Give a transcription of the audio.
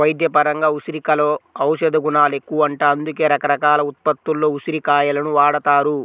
వైద్యపరంగా ఉసిరికలో ఔషధగుణాలెక్కువంట, అందుకే రకరకాల ఉత్పత్తుల్లో ఉసిరి కాయలను వాడతారు